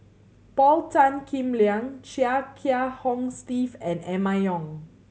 Paul Tan Kim Liang Chia Kiah Hong Steve and Emma Yong